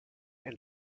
and